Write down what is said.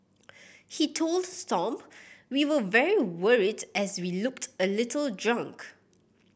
he told Stomp we were very worried as he looked a little drunk